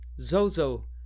Zozo